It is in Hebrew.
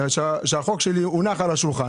כשהחוק שלי הונח על השולחן,